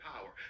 power